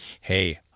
Hey